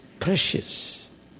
precious